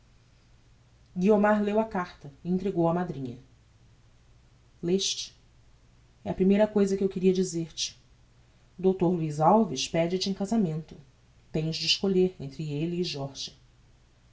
guiomar leu a carta e entregou-a á madrinha leste é a primeira cousa que eu queria dizer-te o dr luiz alves pede te em casamento tens de escolher entre elle e jorge